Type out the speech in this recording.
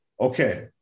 Okay